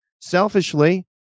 Selfishly